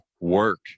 work